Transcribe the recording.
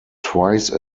twice